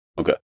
Okay